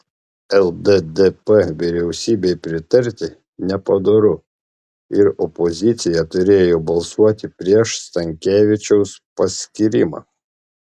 lddp vyriausybei pritarti nepadoru ir opozicija turėjo balsuoti prieš stankevičiaus paskyrimą